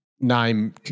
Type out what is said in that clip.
name